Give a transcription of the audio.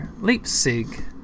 Leipzig